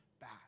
back